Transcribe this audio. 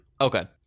Okay